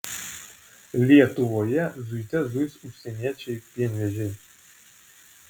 lietuvoje zuite zuis užsieniečiai pienvežiai